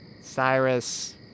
Cyrus